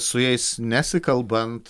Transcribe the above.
su jais nesikalbant